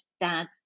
Dad